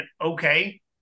okay